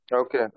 okay